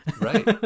Right